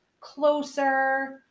closer